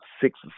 six